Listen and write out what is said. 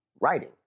writing